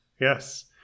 Yes